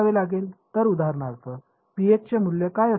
तर उदाहरणार्थ चे मूल्य काय असेल